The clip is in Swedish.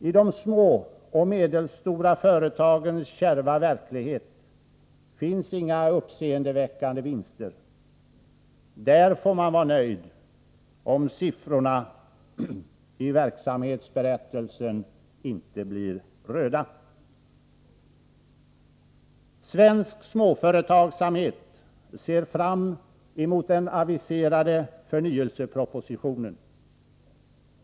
I de små och medelstora företagens kärva verklighet finns inga uppseendeväckande vinster. Där får man vara nöjd om siffrorna i verksamhetsberättelsen inte blir röda. Svensk småföretagsamhet ser fram emot den aviserade förnyelsepropositionen.